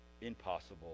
impossible